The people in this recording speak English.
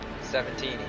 seventeen